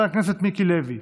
חבר הכנסת מיקי לוי,